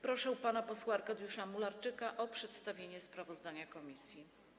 Proszę pana posła Arkadiusza Mularczyka o przedstawienie sprawozdania komisji.